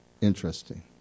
interesting